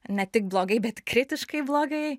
ne tik blogai bet kritiškai blogai